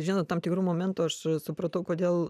žinot tam tikru momentu aš su supratau kodėl